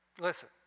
listen